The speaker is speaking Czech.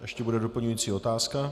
Ještě bude doplňující otázka.